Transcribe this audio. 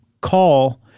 call